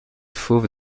fauve